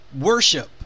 worship